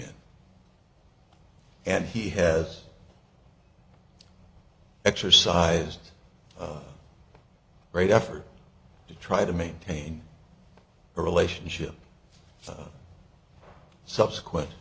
in and he has exercised great effort to try to maintain a relationship so subsequent